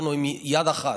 נשארנו עם יד אחת.